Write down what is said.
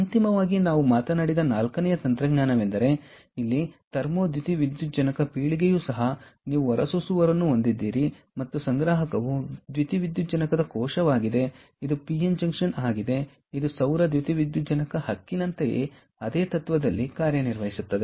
ಅಂತಿಮವಾಗಿ ನಾವು ಮಾತನಾಡಿದ ನಾಲ್ಕನೆಯ ತಂತ್ರಜ್ಞಾನವೆಂದರೆ ಇಲ್ಲಿ ಥರ್ಮೋ ದ್ಯುತಿವಿದ್ಯುಜ್ಜನಕ ಪೀಳಿಗೆಯೂ ಸಹ ನೀವು ಹೊರ ಸೂಸುವವರನ್ನು ಹೊಂದಿದ್ದೀರಿ ಮತ್ತು ಸಂಗ್ರಾಹಕವು ದ್ಯುತಿವಿದ್ಯುಜ್ಜನಕ ಕೋಶವಾಗಿದೆ ಇದು ಪಿಎನ್ ಜಂಕ್ಷನ್ ಆಗಿದೆ ಇದು ಸೌರ ದ್ಯುತಿವಿದ್ಯುಜ್ಜನಕ ಹಕ್ಕಿನಂತೆಯೇ ಅದೇ ತತ್ವದಲ್ಲಿ ಕಾರ್ಯನಿರ್ವಹಿಸುತ್ತದೆ